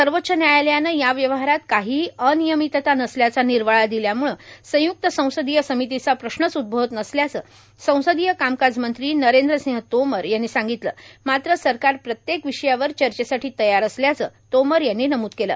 सर्वोच्च न्यायालयानं या व्यवहारात काहीही अनियमितता नसल्याचा निर्वाळा दिल्यामुळे संयुक्त संसदीय समितीचा प्रश्नच उद्गवत नसल्याचं संसदीय कामकाज मंत्री नरेंद्रसिंह तोमर यांनी सांगितलं मात्र सरकार प्रत्येक विषयावर चर्चेसाठी तयार असल्याचं तोमर यांनी नमुद केलं